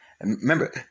remember